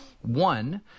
One